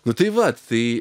nu tai vat tai